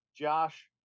Josh